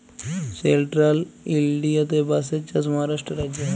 central ইলডিয়াতে বাঁশের চাষ মহারাষ্ট্র রাজ্যে হ্যয়